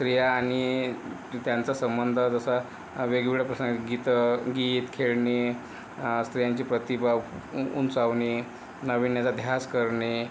स्त्रिया आणि त्यांचा संबंध जसा वेगवेगळ्या प्रसंगी गीतं गीत खेळणी स्त्रियांची प्रतिभा उ उंचावणे नाविन्याचा ध्यास करणे